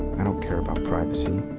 i don't care about privacy.